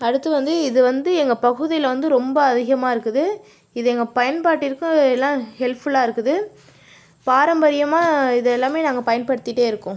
அடுத்து வந்து இது வந்து எங்கள் பகுதியில் வந்து ரொம்ப அதிகமாக இருக்குது இது எங்கள் பயன்பாட்டிற்கு எல்லாம் ஹெல்ப்ஃபுல்லாக இருக்குது பாரம்பரியமாக இது எல்லாமே நாங்கள் பயன்படுத்திட்டே இருக்கோம்